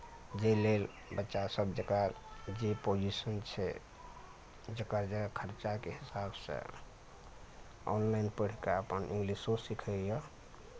जाहि लेल बच्चा सब जेकरा जे पोजिशन छै जेकर जे खर्चाके हिसाब सऽ ऑनलाइन पढ़ि कऽ अपन इंग्लिशो सीखैया